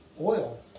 oil